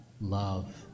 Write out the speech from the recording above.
love